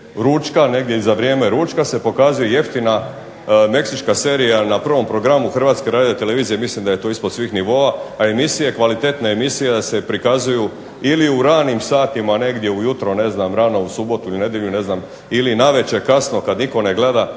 ručka i za vrijeme ručka se pokazuje jeftina meksička serija na prvog programu Hrvatske radiotelevizije mislim da je to ispod svih nivoa, a emisije, kvalitetne emisije da se prikazuju ili u ranim satima negdje ujutro, ne znam rano u subotu ili nedjelju ili navečer kasno kad nitko ne gleda.